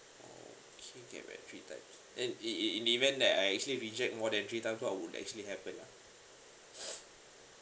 okay can ballot three times then in in in the event that I actually reject more than three times so I would to actually happen ah